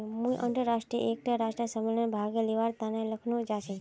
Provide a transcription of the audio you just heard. मुई अर्थशास्त्रेर एकटा राष्ट्रीय सम्मेलनत भाग लिबार तने लखनऊ जाछी